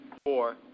Four